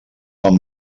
fan